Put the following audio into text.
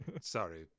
Sorry